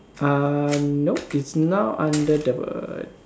uh nope it's now under the